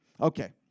Okay